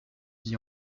vit